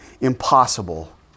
impossible